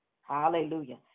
Hallelujah